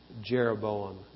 Jeroboam